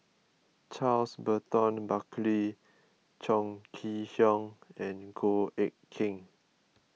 Charles Burton Buckley Chong Kee Hiong and Goh Eck Kheng